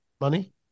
money